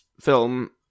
film